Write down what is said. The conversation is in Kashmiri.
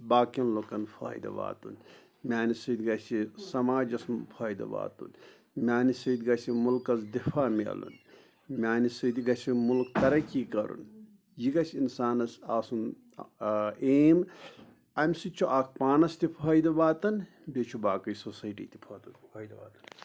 باقیَن لُکَن فٲیدٕ واتُن میٛانہِ سۭتۍ گَژھِ سماجَس فٲیدٕ واتُن میٛانہِ سۭتۍ گَژھِ مُلکَس دِفاع میلُن میٛانہِ سۭتۍ گژھِ مُلک تَرَقی کَرُن یہِ گَژھِ اِنسانَس آسُن ایم اَمہِ سۭتۍ چھُ اکھ پانَس تہِ فٲیدٕ واتان بیٚیہِ چھُ باقٕے سوسایٹی تہِ فٲیدٕ واتان